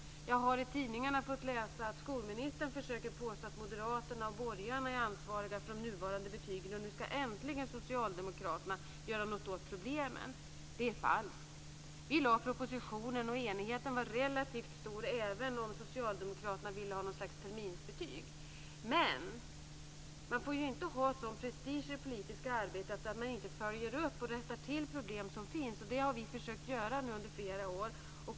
Jag har i tidningarna läst att skolministern försöker påstå att moderaterna och borgarna är ansvariga för de nuvarande betygen och att socialdemokraterna nu äntligen ska göra någonting åt problemen. Det är falskt. Vi lade fram en proposition, och enigheten var relativt stor även om socialdemokraterna ville ha något slags terminsbetyg. Men man får inte ha sådan prestige i det politiska arbetet att man inte följer upp och rättar till de problem som finns, och det har vi försökt att göra under flera år.